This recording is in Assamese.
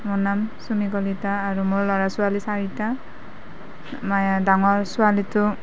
মোৰ নাম চুমী কলিতা আৰু মোৰ ল'ৰা ছোৱালী চাৰিটা ডাঙৰ ছোৱালীটো